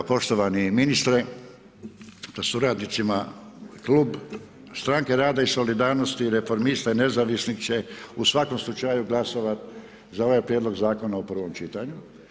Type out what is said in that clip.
Poštovani ministre sa suradnicima, Klub stranke rada i solidarnosti, reformista i nezavisnih će u svakom slučaju glasovati za ovaj prijedlog zakon u prvom čitanju.